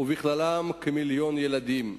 ובכללם כמיליון ילדים.